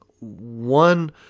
one